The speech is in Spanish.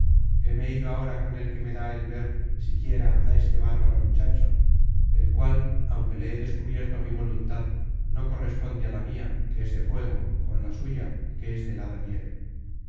gustos heme ido ahora con el que me da el ver siquiera á este bárbaro muchacho el cual aunque le he descubierto mi voluntad no corresponde á la mia que es de fuego con la suya que es de helada nieve